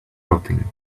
rotting